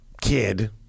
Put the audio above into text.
kid